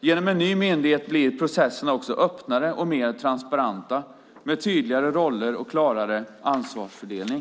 Genom en ny myndighet blir processerna också öppnare och mer transparenta, med tydligare roller och klarare ansvarsfördelning.